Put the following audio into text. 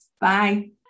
Bye